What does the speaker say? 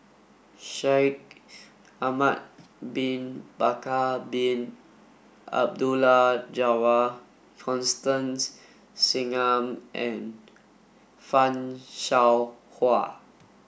Shaikh Ahmad bin Bakar Bin Abdullah Jabbar Constance Singam and Fan Shao Hua